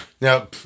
Now